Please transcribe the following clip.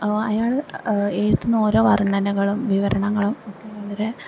അയാള് എഴുതുന്ന ഓരോ വർണ്ണനകളും വിവരണങ്ങളും ഒക്കെ വളരെ